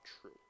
true